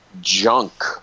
junk